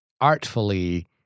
artfully